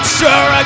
sure